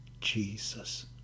Jesus